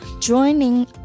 joining